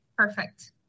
perfect